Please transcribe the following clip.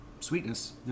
Sweetness